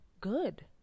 good